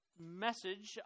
message